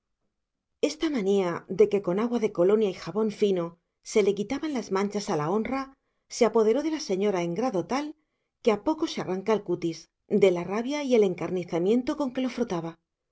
esta manía de que con agua de colonia y jabón fino se le quitaban las manchas a la honra se apoderó de la señora en grado tal que a poco se arranca el cutis de la rabia y el encarnizamiento con que lo frotaba